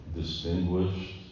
distinguished